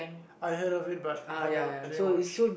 I heard of it but I never I didn't watch